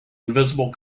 invisible